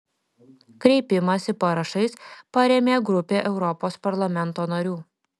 kreipimąsi parašais parėmė grupė europos parlamento narių